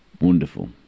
wonderful